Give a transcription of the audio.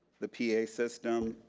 the pa system,